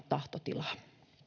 tahtotilaa